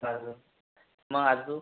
अजून मग आजूक